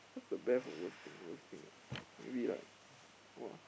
what's the best or worst thing worst thing maybe like !wah!